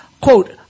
Quote